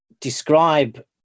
describe